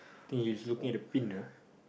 think he's looking at the pin ah